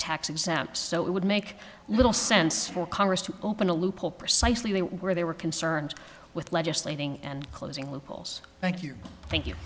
tax exempt so it would make little sense for congress to open a loophole precisely where they were concerned with legislating and closing loopholes thank you thank you